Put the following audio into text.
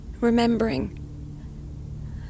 remembering